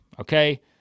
Okay